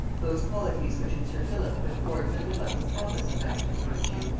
those qualities which in sir philip could afford little but the promise of active virtue,